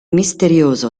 misterioso